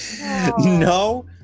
no